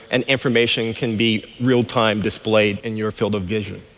and information can be real-time displayed in your field of vision.